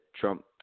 Trump